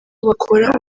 bakora